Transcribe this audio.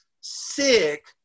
sick